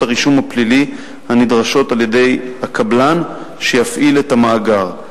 הרישום הפלילי הנדרשות על-ידי הקבלן שיפעיל את המאגר.